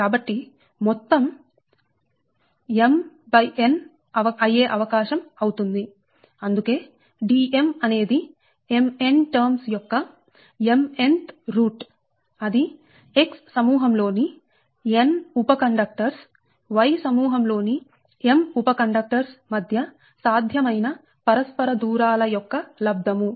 కాబట్టి మొత్తం అవకాశం mxn అవుతుంది అందుకే Dm అనేది mn టర్మ్స్ యొక్క mnth రూట్ అది X సమూహం లోని n ఉప కండక్టర్స్ Y సమూహం లోని m ఉప కండక్టర్స్ మధ్య సాధ్యమైన పరస్పర దూరాల యొక్క లబ్ధము